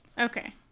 Okay